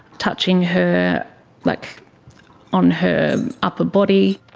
touching her like on her upper body.